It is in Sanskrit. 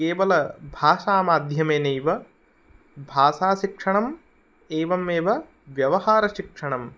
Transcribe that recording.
केवलभाषामाध्यमेनैव भाषाशिक्षणम् एवमेव व्यवहारशिक्षणं